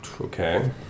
Okay